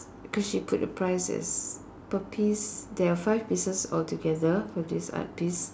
cause she put the prices per piece there are five pieces altogether for this art piece